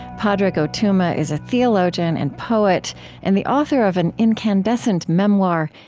padraig o tuama is a theologian and poet and the author of an incandescent memoir,